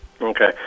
Okay